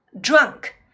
drunk